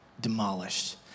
demolished